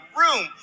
room